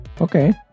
Okay